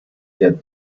der